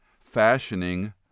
fashioning